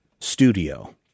studio